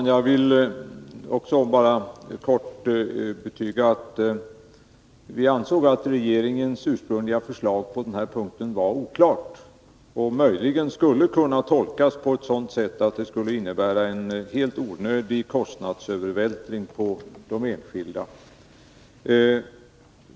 Herr talman! Jag vill bara kort betyga att vi ansåg att regeringens ursprungliga förslag på denna punkt var oklart och möjligen skulle kunna tolkas så att det skulle innebära en helt onödig kostnadsövervältring på de enskilda.